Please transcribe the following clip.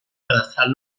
cadastral